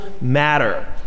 matter